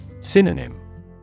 Synonym